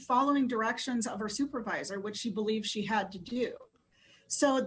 following directions of her supervisor which she believed she had to do so